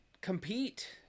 compete